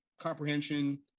comprehension